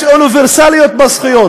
יש אוניברסליות בזכויות.